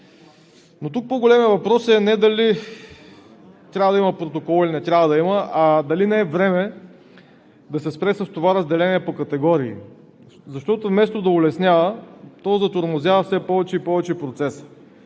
Но тук по-големият въпрос е не дали трябва да има протокол, или не трябва да има, а дали не е време да се спре с това разделение по категории, защото вместо да улеснява, то затормозява все повече и повече процеса.